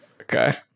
okay